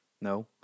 no